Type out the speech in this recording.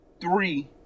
three